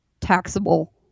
taxable